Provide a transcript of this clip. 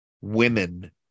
women